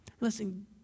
Listen